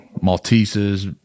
Maltese's